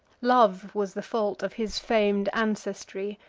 love was the fault of his fam'd ancestry,